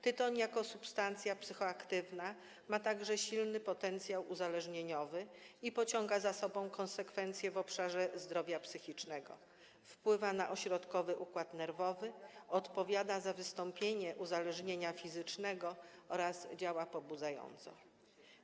Tytoń jako substancja psychoaktywna ma także silny potencjał uzależnieniowy i pociąga za sobą konsekwencje w obszarze zdrowia psychicznego - wpływa na ośrodkowy układu nerwowy, odpowiada za wystąpienie uzależnienia fizycznego oraz działa pobudzająco.